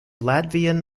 latvian